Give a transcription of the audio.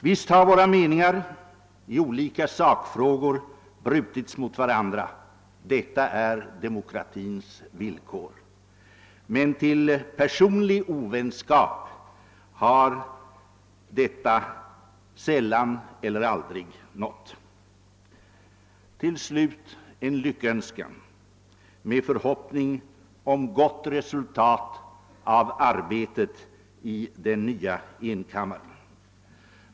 Visst har våra meningar i olika sakfrågor brutits mot varandra — det är demokratins villkor — men till personlig ovänskap har detta sällan eller aldrig lett. Så vill jag uttrycka en lyckönskan och en förhoppning om ett gott resultat av arbetet i den nya enkammarriksdagen.